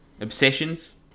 obsessions